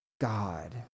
God